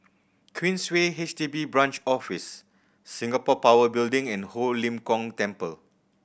Queensway H D B Branch Office Singapore Power Building and Ho Lim Kong Temple